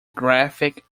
graphic